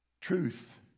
truth